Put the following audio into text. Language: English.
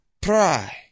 pry